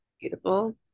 beautiful